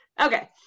Okay